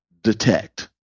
detect